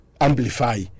amplify